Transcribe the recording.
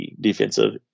defensive